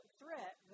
threat